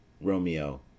Romeo